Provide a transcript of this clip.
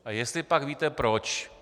A jestlipak víte proč?